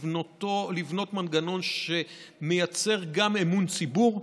יש לבנות מנגנון שמייצר גם אמון ציבור.